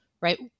right